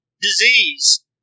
disease